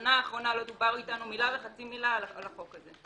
בשנה האחרונה לא דוברה איתנו מילה וחצי מילה על החוק הזה.